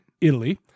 Italy